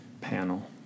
panel